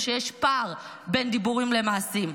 או שיש פער בין דיבורים למעשים?